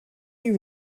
you